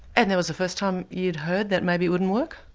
and that was the first time you'd heard that maybe it wouldn't work?